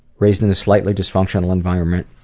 raised in a slightly dysfunctional environment.